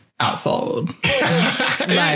outsold